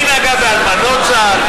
מי נגע באלמנות צה"ל?